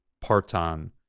Parton